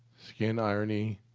skin irony.